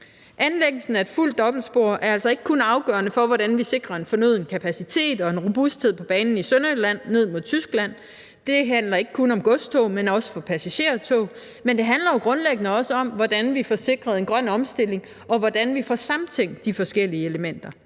Anlæggelsen af et fuldt dobbeltspor er altså ikke kun afgørende for, hvordan vi sikrer en fornøden kapacitet og en robusthed på banen i Sønderjylland ned mod Tyskland. Det handler ikke kun om godstog, men også om passagertog. Og det handler jo grundlæggende også om, hvordan vi får sikret en grøn omstilling, og hvordan vi får samtænkt de forskellige elementer,